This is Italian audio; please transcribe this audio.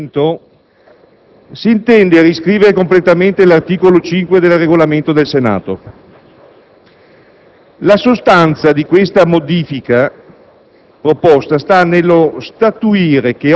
con l'emendamento 1.1 si intende riscrivere completamente l'articolo 5 del Regolamento del Senato. La sostanza della modifica